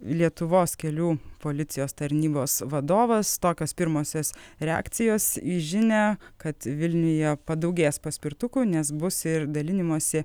lietuvos kelių policijos tarnybos vadovas tokios pirmosios reakcijos į žinią kad vilniuje padaugės paspirtukų nes bus ir dalinimosi